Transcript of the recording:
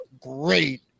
great